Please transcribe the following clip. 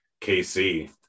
KC